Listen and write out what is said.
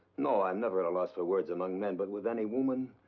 no, i'm never at a loss for words among men, but with any woman.